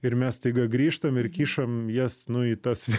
ir mes staiga grįžtam ir kišam jas nu į tas